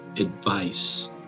advice